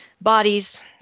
bodies